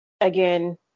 again